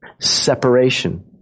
separation